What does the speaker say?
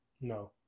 No